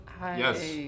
Yes